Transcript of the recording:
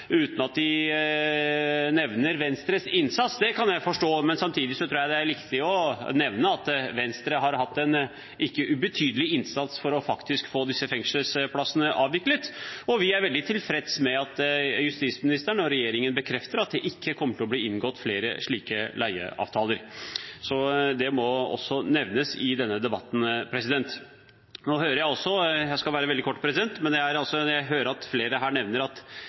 uten at de nevner Venstres innsats. Det kan jeg forstå, men samtidig tror jeg det er riktig å nevne at Venstre har gjort en ikke ubetydelig innsats for å få disse fengselsplassene avviklet. Vi er veldig tilfreds med at justisministeren og regjeringen bekrefter at det ikke kommer til å bli inngått flere slike leieavtaler. Det må også nevnes i denne debatten. Nå hører jeg også – jeg skal være veldig kort – at flere nevner at